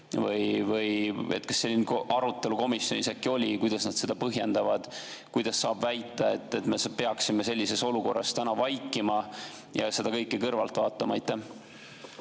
selline arutelu komisjonis oli, kuidas nad seda põhjendavad? Kuidas saab väita, et me peaksime sellises olukorras täna vaikima ja seda kõike kõrvalt vaatama? Aitäh,